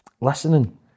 listening